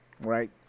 right